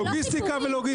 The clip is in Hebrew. לוגיסטיקה ולוגיסטיקה.